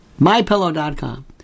MyPillow.com